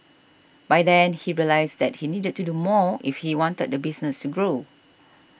by then he realised that he needed to do more if he wanted the business to grow